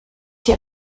hier